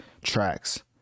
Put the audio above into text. tracks